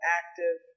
active